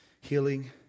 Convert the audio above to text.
healing